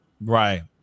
Right